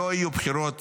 לא יהיו בחירות